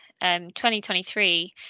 2023